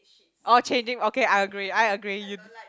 orh changing okay I agree I agree you